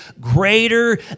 greater